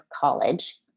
college